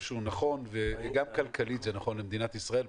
שזה נכון וגם כלכלית זה נכון למדינת ישראל.